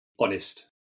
honest